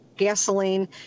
gasoline